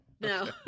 No